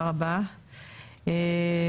ראשית,